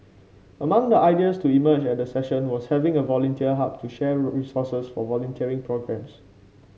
among the ideas to emerge at the session was having a volunteer hub to share resources for volunteering programmes